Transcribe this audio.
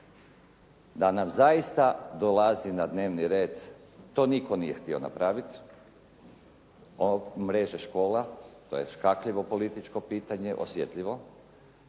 da nam zaista dolazi na dnevni red, to nitko nije htio napraviti, mreže škola. To je škakljivo političko pitanje, osjetljivo,